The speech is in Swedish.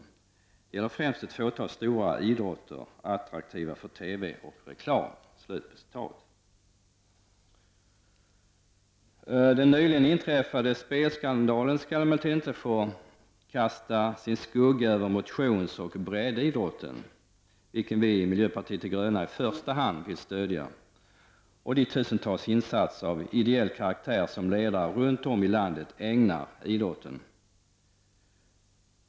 Det gäller främst ett fåtal stora idrotter, attraktiva för TV och reklam.” Den nyligen inträffade spelskandalen skall inte få kasta sin skugga över motionsoch breddidrotten, som vi i miljöpartiet de gröna i första hand vill stödja. Det gäller även de tusentals insatser av ideell karaktär som ledare runt om i landet ägnar idrotten.